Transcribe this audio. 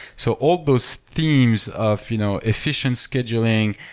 so all those themes of you know efficient scheduling,